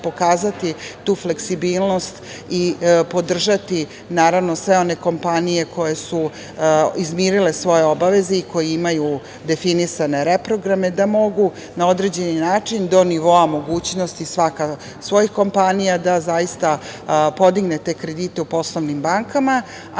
šema, pokazati tu fleksibilnost i podržati sve one kompanije koje su izmirile svoje obaveze i koje imaju definisane reprograme, da mogu na određeni način, do nivoa mogućnosti svaka svojih kompanija da podigne te kredite u poslovnim bankama,